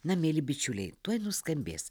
na mieli bičiuliai tuoj nuskambės